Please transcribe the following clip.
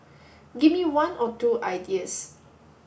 give me one or two ideas